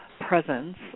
presence